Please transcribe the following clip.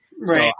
Right